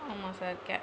ஆமாம் sir K